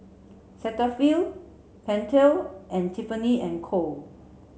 Cetaphil Pentel and Tiffany and Co